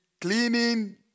cleaning